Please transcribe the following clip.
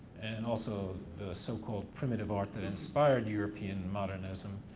and also the so-called primitive art that inspired european modernism.